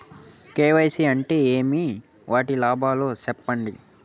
KYC అంటే ఏమి? వాటి లాభాలు సెప్పండి?